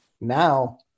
Now